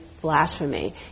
blasphemy